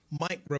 Mike